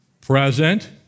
present